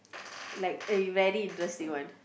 like a very interesting one